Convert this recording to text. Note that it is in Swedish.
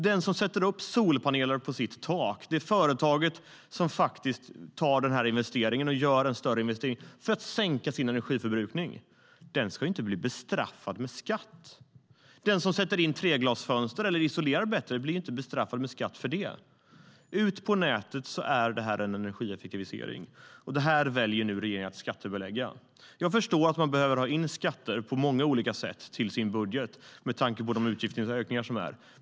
Den som sätter solpaneler på sitt tak, det företag som gör den stora investeringen för att sänka sin energiförbrukning, ska inte bestraffas med skatt. Den som sätter in treglasfönster eller isolerar bättre blir inte bestraffad med skatt. Ute på nätet är detta en energieffektivisering. Det väljer regeringen nu att skattebelägga. Jag förstår att regeringen behöver ha in skatter på många olika sätt till budgeten, med tanke på utgiftsökningarna.